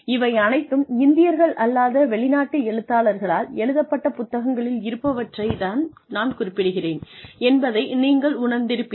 இவை அனைத்தும் இந்தியர்கள் இல்லாத வெளிநாட்டு எழுத்தாளர்களால் எழுதப்பட்ட புத்தகங்களில் இருப்பவற்றை தான் நான் குறிப்பிடுகிறேன் என்பதை நீங்கள் உணர்ந்திருப்பீர்கள்